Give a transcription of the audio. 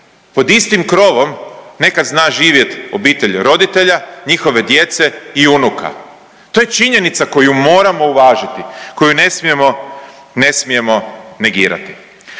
Pod istim krovom nekad zna živjet obitelj roditelja, njihove djece i unuka. To je činjenica koju moramo uvažiti, koju ne smijemo, ne